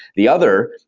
the other,